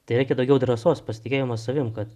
tai reikia daugiau drąsos pasitikėjimo savim kad